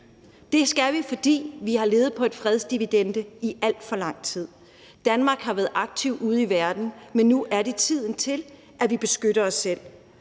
Det skal vi, fordi vi har levet på en fredsdividende i alt for lang tid. Danmark har været aktiv ude i verden, men nu er det tiden til, at vi beskytter os selv.